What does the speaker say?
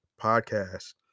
Podcast